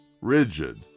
rigid